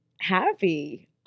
happy